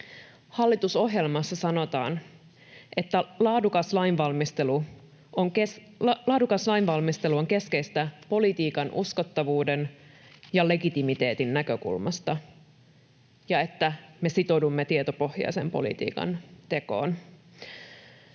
Hallitusohjelmassa sanotaan, että laadukas lainvalmistelu on keskeistä politiikan uskottavuuden ja legitimiteetin näkökulmasta ja että me sitoudumme tietopohjaisen politiikan tekoon.